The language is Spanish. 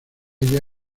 ella